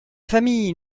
famille